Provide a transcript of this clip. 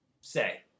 say